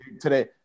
today